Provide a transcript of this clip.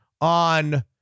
on –